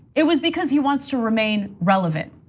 it was because he wants to remain relevant.